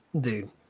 Dude